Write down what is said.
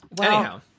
Anyhow